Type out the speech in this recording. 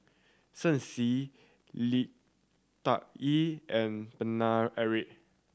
Shen Xi Li Tuck Yew and Paine Eric